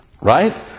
right